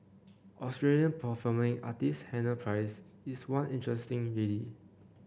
Australian performing artist Hannah Price is one interesting lady